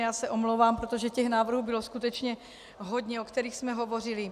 Já se omlouvám, protože těch návrhů bylo skutečně hodně, o kterých jsme hovořili.